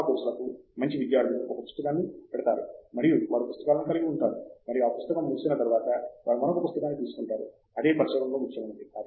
చాలా కోర్సులకు మంచి విద్యార్థులు ఒక పుస్తకాన్ని పెడుతారు మరియు వారు పుస్తకాలని కలిగి ఉంటారు మరియు ఆ పుస్తకం ముగిసిన తర్వాత వారు మరొక పుస్తకాన్ని తీసుకుంటారు అదే పరిశోధనలో ముఖ్యమైనది